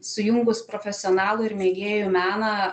sujungus profesionalų ir mėgėjų meną